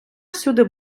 всюди